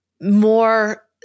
more